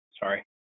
Sorry